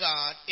God